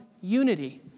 unity